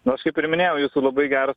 nu aš kaip ir minėjau ji labai gera